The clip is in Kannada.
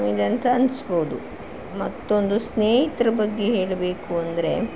ಇದೆ ಅಂತ ಅನಭೌದು ಮತ್ತೊಂದು ಸ್ನೇಹಿತ್ರ ಬಗ್ಗೆ ಹೇಳಬೇಕು ಅಂದರೆ